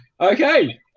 okay